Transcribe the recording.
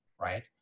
right